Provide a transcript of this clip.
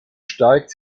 steigt